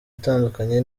itandukanye